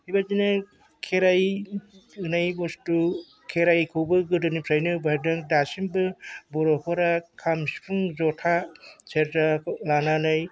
बेबायदिनो खेराइ होनाय बुस्तु खेराइखौबो गोदोनिफ्रायनो बारदों दासिमबो बर'फोरा खाम सिफुं जथा सेरजा लानानै